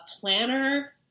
planner